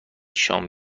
شام